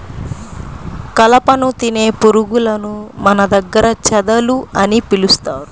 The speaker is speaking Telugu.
కలపను తినే పురుగులను మన దగ్గర చెదలు అని పిలుస్తారు